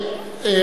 מה עם המתמחים?